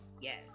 Yes